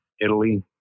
Italy